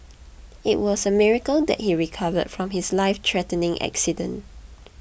it was a miracle that he recovered from his lifethreatening accident